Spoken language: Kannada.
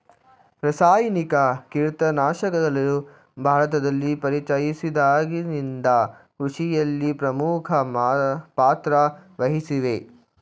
ರಾಸಾಯನಿಕ ಕೀಟನಾಶಕಗಳು ಭಾರತದಲ್ಲಿ ಪರಿಚಯಿಸಿದಾಗಿನಿಂದ ಕೃಷಿಯಲ್ಲಿ ಪ್ರಮುಖ ಪಾತ್ರ ವಹಿಸಿವೆ